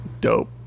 Dope